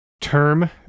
term